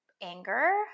anger